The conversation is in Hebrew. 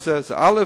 וכן,